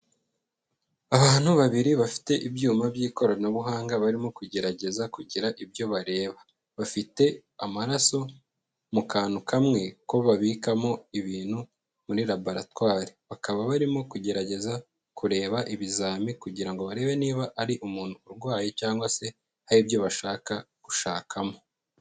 Abantu babiri bafite ibyuma by'ikoranabuhanga barimo kugerageza kugira ibyo bareba, bafite amaraso mu kantu kamwe ko babikamo ibintu muri laboratwari, bakaba barimo kugerageza kureba ibizami kugira ngo barebe niba ari umuntu urwaye cyangwa se hari ibyo bashaka gushakamo.